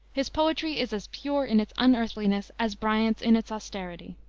his poetry is as pure in its unearthliness as bryant's in its austerity.